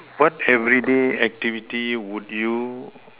what everyday activity would you